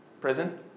Prison